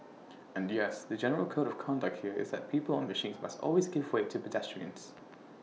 and yes the general code of conduct here is that people on machines must always give way to pedestrians